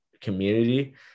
community